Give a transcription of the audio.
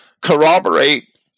corroborate